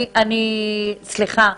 סליחה.